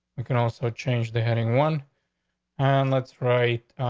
we can also change the heading one on let's write,